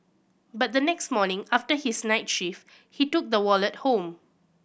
but the next morning after his night shift he took the wallet home